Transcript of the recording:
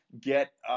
get